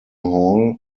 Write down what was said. hall